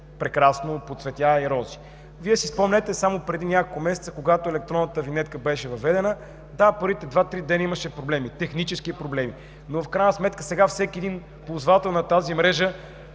прекрасно, ще ходим по цветя и рози. Вие си спомнете, че само преди няколко месеца, когато електронната винетка беше въведена, първите два-три дни имаше проблеми, технически проблеми, но в крайна сметка сега всеки един ползвател на тази мрежа